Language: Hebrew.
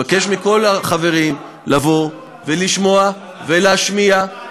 אני מבקש מכל החברים לבוא ולשמוע ולהשמיע,